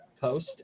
post